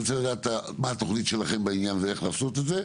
מה התוכנית שלכם בעניין ואיך לעשות את זה,